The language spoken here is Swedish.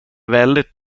väldigt